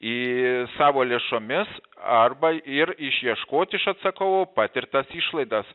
į savo lėšomis arba ir išieškot iš atsakovo patirtas išlaidas